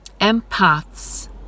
empaths